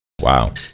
Wow